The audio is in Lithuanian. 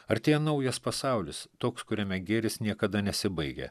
artėja naujas pasaulis toks kuriame gėris niekada nesibaigia